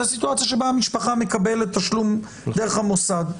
זו סיטואציה שבה המשפחה מקבלת תשלום דרך המוסד.